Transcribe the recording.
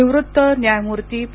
निवृत्त न्यायमूर्ती पी